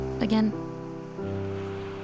again